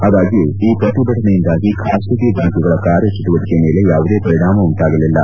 ಆದಾಗ್ನೂ ಈ ಪ್ರತಿಭಟನೆಯಿಂದಾಗಿ ಬಾಸಗಿ ಬ್ಯಾಂಕ್ಗಳ ಕಾರ್ಯಚಟುವಟಿಕೆ ಮೇಲೆ ಯಾವುದೇ ಪರಿಣಾಮ ಉಂಟಾಗಲಿಲ್ಲ